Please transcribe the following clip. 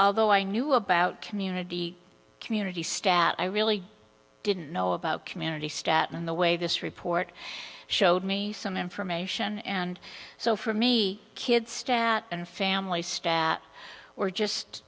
although i knew about community community stat i really didn't know about community stat in the way this report showed me some information and so for me kids stat and family stat or